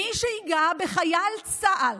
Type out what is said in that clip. מי שייגע בחייל בצה"ל,